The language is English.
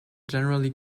generally